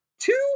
Two